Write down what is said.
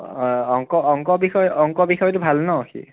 এ অংক অংক বিষয় অংক বিষয়টোত ভাল ন' সি